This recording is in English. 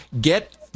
get